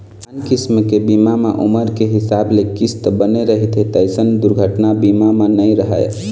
आन किसम के बीमा म उमर के हिसाब ले किस्त बने रहिथे तइसन दुरघना बीमा म नइ रहय